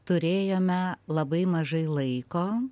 turėjome labai mažai laiko